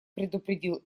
предупредил